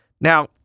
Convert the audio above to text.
Now